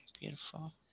beautiful